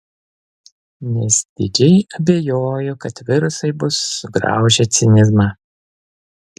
nes didžiai abejoju kad virusai bus sugraužę cinizmą